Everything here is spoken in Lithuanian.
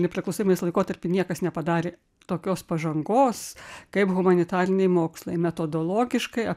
nepriklausomybės laikotarpį niekas nepadarė tokios pažangos kaip humanitariniai mokslai metodologiškai